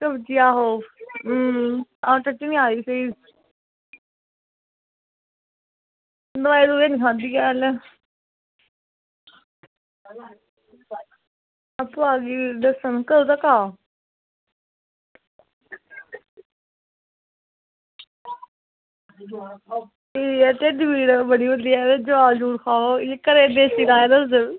कब्जी आओ हां ट'ट्टियां हां दवाई दवुई नी खाह्दी ऐ हालैं अप्पूं आह्गी दस्सन कदूं कर आं ठीक ऐ ते ढिड पीड़ बड़ी होंदी ऐ दालदूल खाहो घरे दे देस्सी इलाज़ दसदे